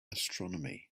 astronomy